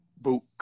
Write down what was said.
book